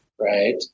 Right